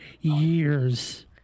years